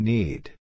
Need